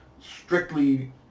strictly